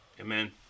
Amen